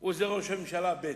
או זה ראש הממשלה ב'?